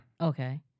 Okay